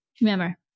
remember